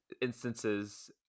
instances